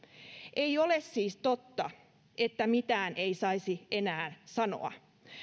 ei ole siis totta että mitään ei saisi enää sanoa